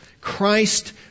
Christ